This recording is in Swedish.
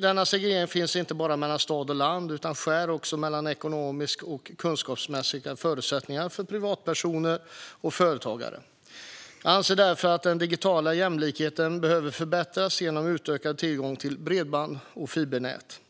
Denna segregering finns inte bara mellan stad och land utan skär också mellan de ekonomiska och kunskapsmässiga förutsättningarna för privatpersoner och företagare. Jag anser därför att den digitala jämlikheten behöver förbättras genom utökad tillgång till bredband och fibernät.